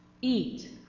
eat